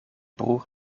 broer